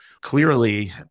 clearly